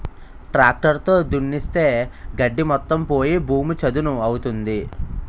tractor తో దున్నిస్తే గడ్డి మొత్తం పోయి భూమి చదును అవుతుంది